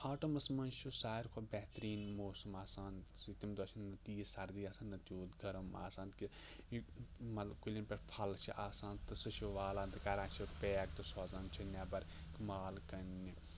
آٹَمَس منٛز چھُ ساروٕے کھۄتہٕ بہتریٖن موسَم آسان تمہِ دۄہ چھَنہٕ نَہ تیٖژ سردی آسان نَہ تیوٗت گَرم آسان کیٚنٛہہ یہِ مطلب کُلیٚن پٮ۪ٹھ پھَل چھِ آسان تہٕ سُہ چھُ والان تہٕ کَران چھِ پیک تہٕ سوزان چھِ نیٚبَر مال کٕننہِ